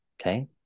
okay